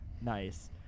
nice